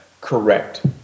correct